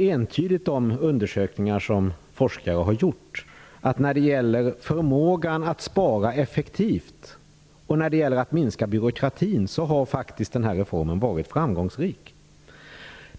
Men de undersökningar som forskare har gjort visar också entydigt att reformen faktiskt har varit framgångsrik när det gäller förmågan att spara effektivt och att minska byråkratin.